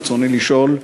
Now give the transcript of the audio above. רצוני לשאול: